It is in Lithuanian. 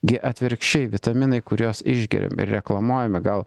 gi atvirkščiai vitaminai kuriuos išgeriam ir reklamuojami gal